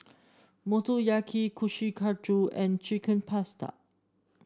Motoyaki Kushiyaki and Chicken Pasta